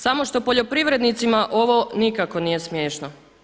Samo što poljoprivrednicima ovo nikako nije smiješno.